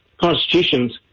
constitutions